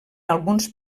alguns